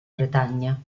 bretagna